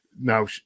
now